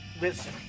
Listen